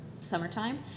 summertime